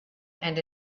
and